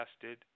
tested